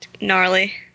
gnarly